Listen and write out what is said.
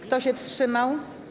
Kto się wstrzymał?